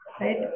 Right